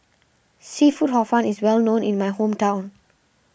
Seafood Hor Fun is well known in my hometown